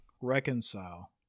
reconcile